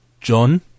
John